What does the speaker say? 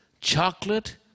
chocolate